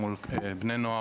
של בני נוער,